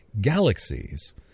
galaxies